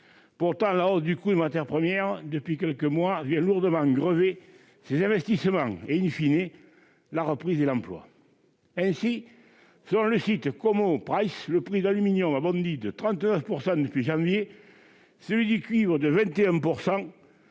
Pourtant, la hausse du coût des matières premières depuis quelques mois vient lourdement grever ces investissements et,, la reprise et l'emploi. Ainsi, selon le site « commoprices.com », le prix de l'aluminium a bondi de 39 % depuis le mois de janvier dernier, celui du cuivre de 21